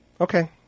Okay